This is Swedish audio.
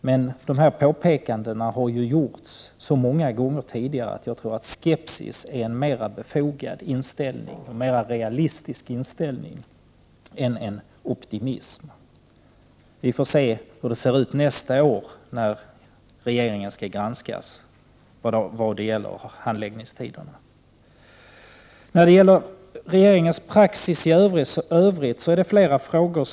Men samma påpekanden har gjorts så många gånger tidigare att jag anser att skepsis är en mer befogad och realistisk inställning än optimism. Vi får se hur det ser ut nästa år när KU granskar regeringen i fråga om dessa handläggningstider. Beträffande regeringens praxis i övrigt inställer sig flera frågor.